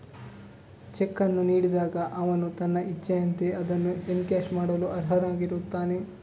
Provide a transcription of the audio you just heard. check ಅನ್ನು ನೀಡಿದಾಗ ಅವನು ತನ್ನ ಇಚ್ಛೆಯಂತೆ ಅದನ್ನು ಎನ್ಕ್ಯಾಶ್ ಮಾಡಲು ಅರ್ಹನಾಗಿರುತ್ತಾನೆ